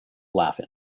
laugh